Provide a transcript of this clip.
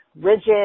rigid